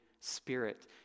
spirit